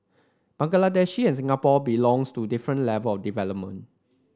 Bangladesh and Singapore belongs to different level of development